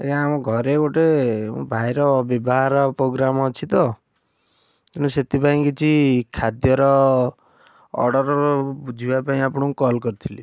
ଆଜ୍ଞା ଆମ ଘରେ ଗୋଟେ ମୋ ଭାଇର ବିବାହର ପ୍ରୋଗ୍ରାମ୍ ଅଛି ତ ସେଥିପାଇଁ କିଛି ଖାଦ୍ୟର ଅର୍ଡ଼ର୍ ବୁଝିବା ପାଇଁ ଆପଣଙ୍କୁ କଲ୍ କରିଥିଲି